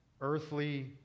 earthly